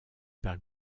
par